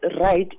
right